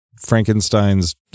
Frankenstein's